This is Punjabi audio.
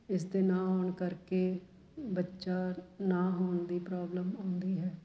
ਇਸ ਦੇ ਨਾ ਆਉਣ ਕਰਕੇ ਬੱਚਾ ਨਾ ਹੋਣ ਦੀ ਪ੍ਰੋਬਲਮ ਆਉਂਦੀ ਹੈ